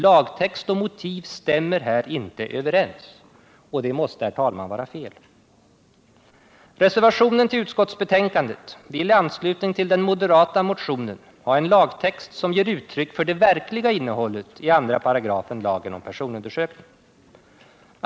Lagtext och motiv stämmer här inte överens. Det måste vara fel. I reservationen till utskottsbetänkandet kräver reservanterna i anslutning till moderatmotionen en lagtext som ger uttryck för det verkliga innehållet i 2§ lagen om personundersökning.